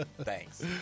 Thanks